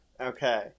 Okay